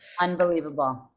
Unbelievable